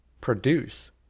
produce